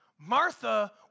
Martha